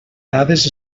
dades